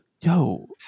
yo